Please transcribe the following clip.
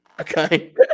Okay